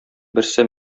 берсе